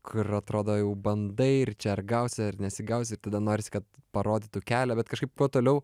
kur atrodo jau bandai ir čia ar gausi ar nesigausi ir tada norisi kad parodytų kelią bet kažkaip kuo toliau